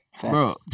bro